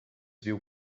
viu